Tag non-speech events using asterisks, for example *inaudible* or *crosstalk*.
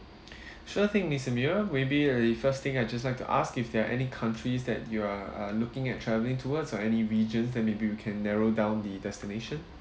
*breath* sure thing miss amira maybe the first thing I'd just like to ask if there are any countries that you are are looking at travelling towards or any regions then maybe we can narrow down the destination